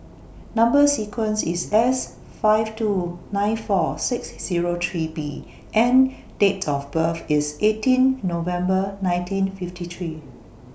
Number sequence IS S five two nine four six Zero three B and Date of birth IS eighteen November nineteen fifty three